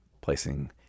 placing